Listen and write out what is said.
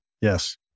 yes